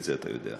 ואת זה אתה יודע.